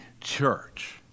church